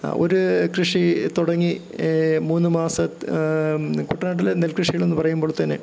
ഒരു കൃഷി തുടങ്ങി മൂന്ന് മാസത്ത് കുട്ടനാട്ടിലെ നെൽകൃഷികളെന്നു പറയുമ്പോൾ തന്നെ